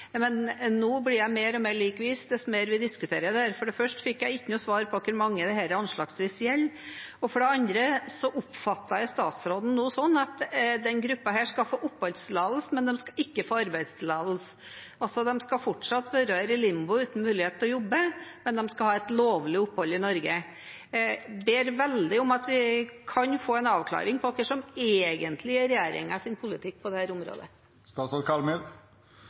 Jeg er like vis desto mer vi diskuterer dette. For det første fikk jeg ikke noe svar på hvor mange dette anslagsvis gjelder, og for det andre oppfattet jeg statsråden nå slik at denne gruppa skal få oppholdstillatelse, men de skal ikke få arbeidstillatelse. De skal altså fortsatt være i limbo uten mulighet til å jobbe, men de skal ha et lovlig opphold i Norge. Jeg ber veldig om å få en avklaring av hva som egentlig er regjeringens politikk på dette området. Det